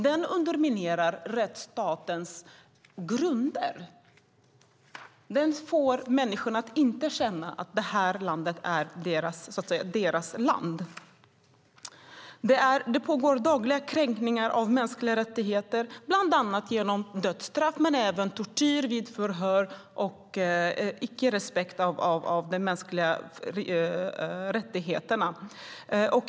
Den underminerar rättsstatens grunder och får människorna att inte känna att detta land är deras land. Det pågår dagliga kränkningar av mänskliga rättigheter bland annat genom dödsstraff men även tortyr vid förhör och icke respekt av de mänskliga rättigheterna.